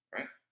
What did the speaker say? Right